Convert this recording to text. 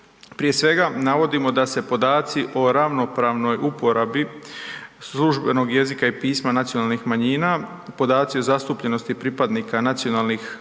Prije svega, navodnimo da se podaci o ravnopravnoj uporabi službenog jezika i pisma nacionalnih manjina, podaci zastupljenosti pripadnika nacionalnih manjina